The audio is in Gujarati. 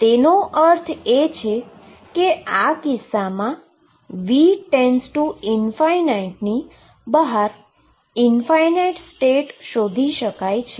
તેનો અર્થ એ છે કેઆ કિસ્સામાં સીમા V→∞ની બહાર ઈન્ફાઈનાઈટ સ્ટેટ શોધી શકાય છે